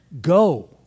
go